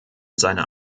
seiner